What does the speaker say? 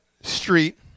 street